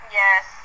yes